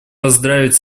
поздравить